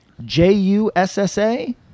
J-U-S-S-A